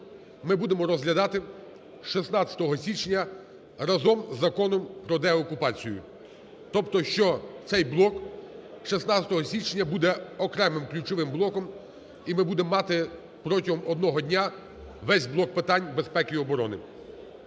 ми будемо розглядати 16 січня разом з Законом продеокупацію. Тобто, що цей блок 16 січня буде окремим ключовим блоком, і ми будемо мати протягом одного дня весь блок питань безпеки і оборони..